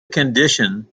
condition